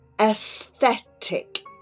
Aesthetic